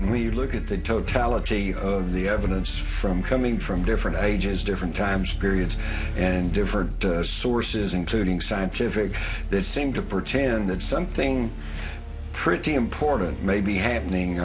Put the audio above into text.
and we look at the totality of the evidence from coming from different ages different times periods and different sources including scientific this seem to pretend that something pretty important may be happening